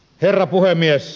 herra puhemies